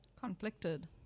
Conflicted